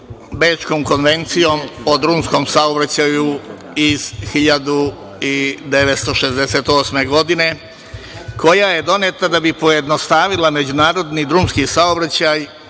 Bečkom konvencijom o drumskom saobraćaju iz 1968. godine koja je doneta da bi pojednostavila međunarodni drumski saobraćaj